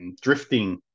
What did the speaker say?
drifting